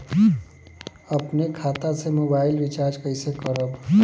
अपने खाता से मोबाइल रिचार्ज कैसे करब?